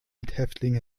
mithäftling